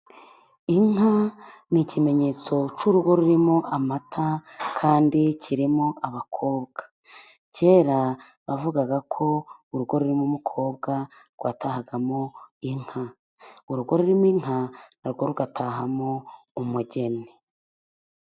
Inka ni ikimenyetso cy'urugo rurimo amata kandi rurimo abakobwa. Kera bavugaga ko urugo rurimo umukobwa rwatahagamo inka, urugo rurimo inka na rwo rugatahamo umugeni.